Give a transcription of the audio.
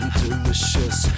delicious